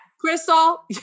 crystal